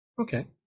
Okay